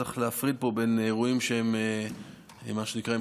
צריך להפריד פה בין אירועים שהם מה שנקרא עם